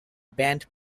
band